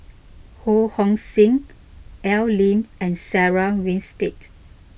Ho Hong Sing Al Lim and Sarah Winstedt